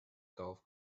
golf